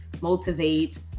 motivate